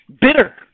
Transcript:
bitter